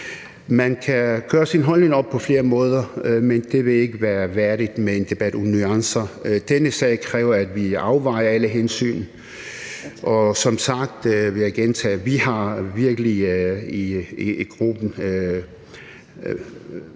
Man kan gøre sin holdning op på flere måder, men det vil ikke være værdigt med en debat uden nuancer. Denne sag kræver, at vi afvejer alle hensyn, og som sagt har vi virkelig i gruppen